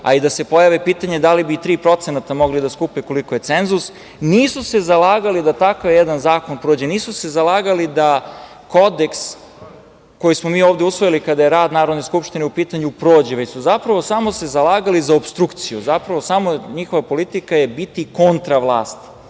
a i da se pojave, pitanje je da li bi i 3% mogli da skupe, koliko je cenzus, nisu se zalagali da takav jedan zakon prođe, nisu se zalagali da Kodeks, koji smo mi ovde usvojili kada je rad Narodne skupštine, prođe, već su se zapravo samo zalagali za opstrukciju. Zapravo, njihova politika je biti kontra vlasti,